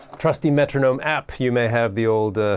trusty metronome app! you may have the old